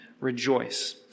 rejoice